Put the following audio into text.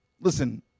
Listen